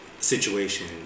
Situation